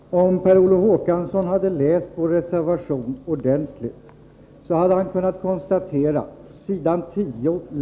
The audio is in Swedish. Herr talman! Om Per Olof Håkansson hade läst vår reservation ordentligt hade han kunnat konstatera vad vi anför om typgodkännandeverksamheten.